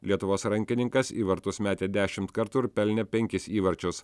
lietuvos rankininkas į vartus metė dešimt kartų ir pelnė penkis įvarčius